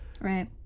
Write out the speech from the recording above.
right